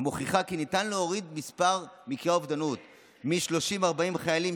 המוכיחה כי ניתן להוריד את מספר מקרי האובדנות: מ-30 40 חיילים